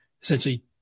essentially